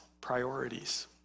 priorities